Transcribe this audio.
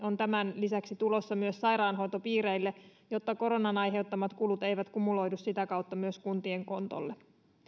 on tämän lisäksi tulossa myös sairaanhoitopiireille jotta koronan aiheuttamat kulut eivät kumuloidu sitä kautta myös kuntien kontolle